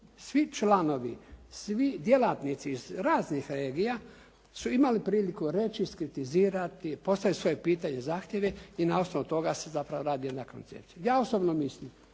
Svi članovi, svi djelatnici iz raznih regija su imali priliku reći, iskritizirati postaviti svoje pitanje, zahtjeve i na osnovu toga se zapravo radi jedan koncept. Ja osobno mislim,